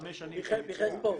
חמש השנים ש --- פרחי ספורט.